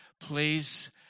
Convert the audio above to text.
please